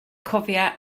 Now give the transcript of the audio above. cofia